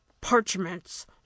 parchments